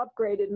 upgraded